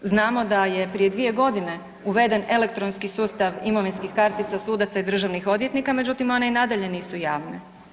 Znamo da je prije 2 godine uveden elektronski sustav imovinskih kartica sudaca i državnih odvjetnika, međutim one i nadalje nisu javne.